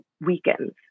weakens